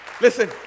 Listen